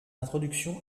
introduction